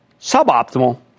Suboptimal